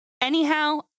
Anyhow